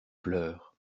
pleurs